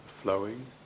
flowing